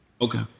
Okay